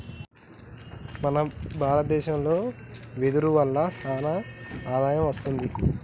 మన భారత దేశంలో వెదురు వల్ల సానా ఆదాయం వస్తుంది